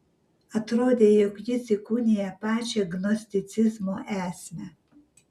atrodė jog jis įkūnija pačią gnosticizmo esmę